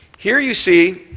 here, you see